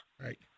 Right